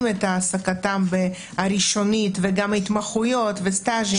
את העסקתם הראשונית וגם התמחויות וסטאז'ים.